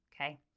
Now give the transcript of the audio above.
Okay